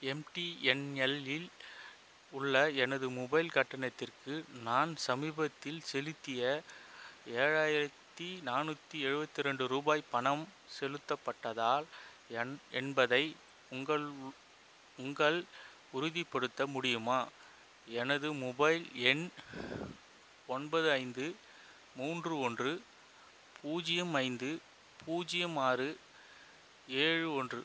எம்டிஎன்எல்லில் உள்ள எனது மொபைல் கட்டணத்திற்கு நான் சமீபத்தில் செலுத்திய ஏழாயிரத்தி நானூற்றி எழுபத்தி ரெண்டு ரூபாய் பணம் செலுத்தப்பட்டதால் என் என்பதை உங்கள் உங்கள் உறுதிப்படுத்த முடியுமா எனது மொபைல் எண் ஒன்பது ஐந்து மூன்று ஒன்று பூஜ்ஜியம் ஐந்து பூஜ்ஜியம் ஆறு ஏழு ஒன்று